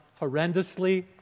horrendously